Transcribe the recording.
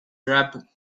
rapped